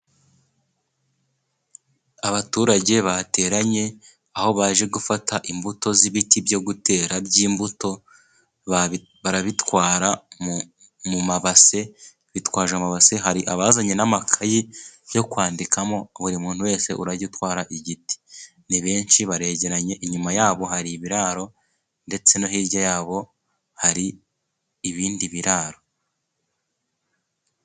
Abaturage bateranye, aho baje gufata imbuto z'ibiti byo gutera by'imbuto, barabitwara mu mu mabase bitwaje amabase hari abazanye n'amakayi yo kwandikamo, buri muntu wese urajya utwara igiti. Ni benshi baregeranye, inyuma yabo hari ibiraro ndetse no hirya yabo hari ibindi biraro.